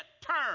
turn